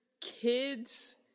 kids